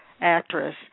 actress